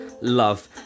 Love